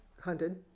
hunted